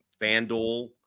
FanDuel